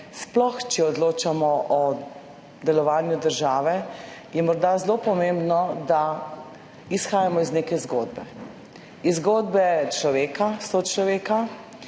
sploh če odločamo o delovanju države, je morda zelo pomembno, da izhajamo iz neke zgodbe, iz zgodbe človeka, sočloveka,